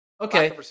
Okay